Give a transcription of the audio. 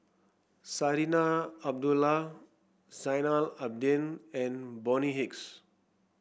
Zarinah Abdullah Zainal Abidin and Bonny Hicks